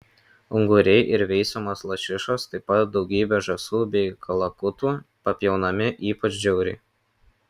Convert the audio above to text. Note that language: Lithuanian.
unguriai ir veisiamos lašišos taip pat daugybė žąsų bei kalakutų papjaunami ypač žiauriai